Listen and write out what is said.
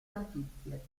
notizie